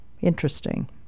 Interesting